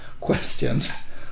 questions